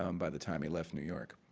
um by the time he left new york.